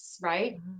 right